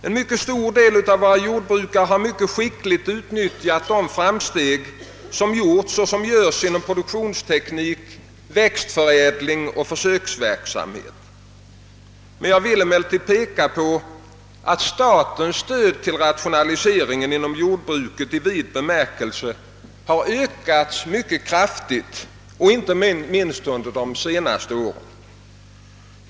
En mycket stor del av jordbrukarna har skickligt utnyttjat de framsteg som har gjorts och som göres inom produktionsteknik, växtförädling och försöksverksamhet. Jag vill emellertid peka på att statens stöd till rationaliseringen inom jordbruket i vid bemärkelse har ökats mycket kraftigt, inte minst under de senaste åren.